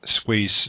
squeeze